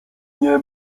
nie